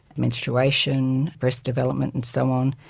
menstruation, breast development and so on,